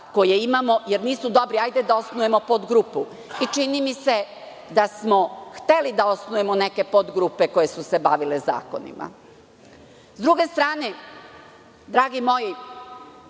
koje imamo jer nisu dobri, hajde da osnujemo podgrupu. Čini mi se da smo hteli da osnujemo neke podgrupe koje su se bavile zakonima. Sa druge strane, dragi moji,